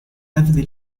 heavily